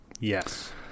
Yes